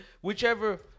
whichever